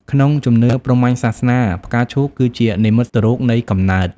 ក្នុងជំនឿព្រហ្មញ្ញសាសនា ផ្កាឈូកគឺជា និមិត្តរូបនៃកំណើត។